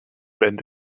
bend